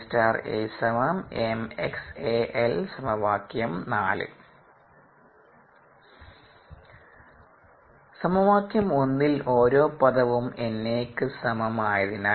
ൽ ഓരോ പദവും NA യ്ക്ക്സമംആയതിനാൽ നമുക്ക്